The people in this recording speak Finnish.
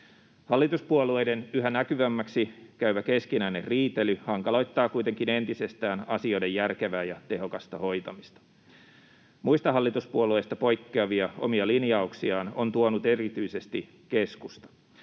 Hallituspuolueiden yhä näkyvämmäksi käyvä keskinäinen riitely hankaloittaa kuitenkin entisestään asioiden järkevää ja tehokasta hoitamista. Muista hallituspuolueista poikkeavia omia linjauksiaan on tuonut erityisesti keskusta